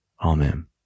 Amen